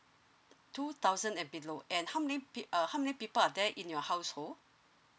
two thousand and below and how many pe~ uh how many people are there in your household